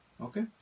Okay